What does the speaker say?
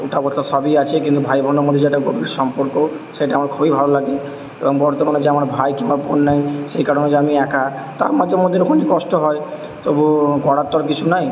ওঠা বসা সবই আছে কিন্তু ভাই বোনের মধ্যে যে একটা গভীর সম্পর্ক সেটা আমার খুবই ভালো লাগে এবং বর্তমানে যে আমার ভাই কিংবা বোন নাই সে কারণেই যে আমি একা কষ্ট হয় তবুও করার তো আর কিছু নাই